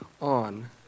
on